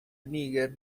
níger